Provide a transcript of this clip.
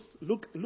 look